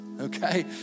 okay